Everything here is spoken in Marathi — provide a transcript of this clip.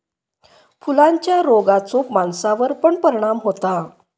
फुलांच्या रोगाचो माणसावर पण परिणाम होता